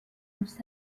فرصت